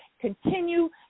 continue